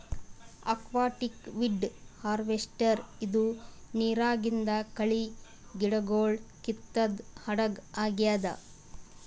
aquatic weed harvester ಇದು ನಿರಾಗಿಂದ್ ಕಳಿ ಗಿಡಗೊಳ್ ಕಿತ್ತದ್ ಹಡಗ್ ಆಗ್ಯಾದ್